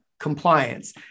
compliance